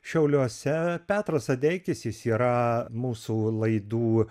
šiauliuose petras adeikis jis yra mūsų laidų